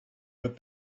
but